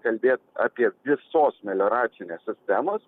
kalbėt apie visos melioracinės sistemos